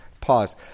Pause